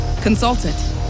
Consultant